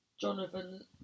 Jonathan